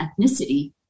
ethnicity